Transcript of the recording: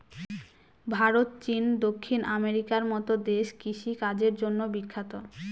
ভারত, চীন, দক্ষিণ আমেরিকার মতো দেশ কৃষিকাজের জন্য বিখ্যাত